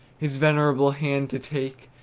his venerable hand to take,